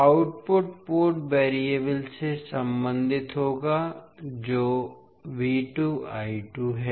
output port variable से संबंधित होगा जो है